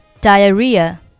Diarrhea